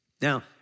Now